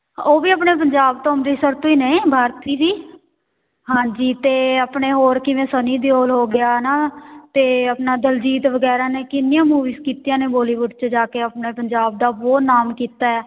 ਉਹ ਵੀ ਆਪਣੇ ਪੰਜਾਬ ਤੋਂ ਅੰਮ੍ਰਿਤਸਰ ਤੋਂ ਹੀ ਨੇ ਭਾਰਤੀ ਜੀ ਹਾਂਜੀ ਅਤੇ ਆਪਣੇ ਹੋਰ ਕਿਵੇਂ ਸੰਨੀ ਦਿਓਲ ਹੋ ਗਿਆ ਨਾ ਅਤੇ ਆਪਣਾ ਦਿਲਜੀਤ ਵਗੈਰਾ ਨੇ ਕਿੰਨੀਆਂ ਮੂਵੀਜ਼ ਕੀਤੀਆਂ ਨੇ ਬੋਲੀਵੁੱਡ 'ਚ ਜਾ ਕੇ ਆਪਣਾ ਪੰਜਾਬ ਦਾ ਬਹੁਤ ਨਾਮ ਕੀਤਾ ਹੈ